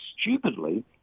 stupidly